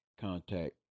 contact